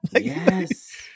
Yes